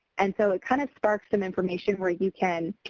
and so it kind of sparks and information where you can